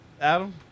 Adam